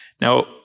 Now